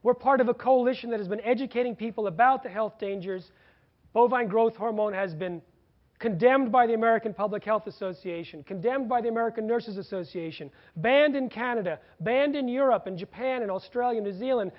we're part of a coalition that has been educating people about the health dangers bovine growth hormone has been condemned by the american public health association condemned by the american nurses association banned in canada banned in europe and japan and australia new zealand